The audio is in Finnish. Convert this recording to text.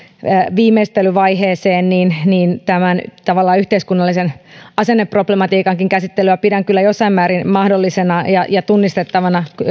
viimeistelyvaiheeseen niin niin tämän yhteiskunnallisen asenneproblematiikankin käsittelyä pidän kyllä jossain määrin mahdollisena ja ja tunnistettavana